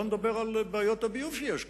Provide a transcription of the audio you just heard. בואו נדבר על בעיות הביוב שיש כאן.